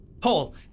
Paul